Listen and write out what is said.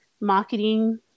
Marketing